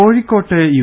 കോഴിക്കോട്ട് യു